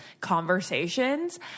conversations